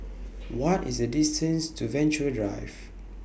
What IS The distance to Venture Drive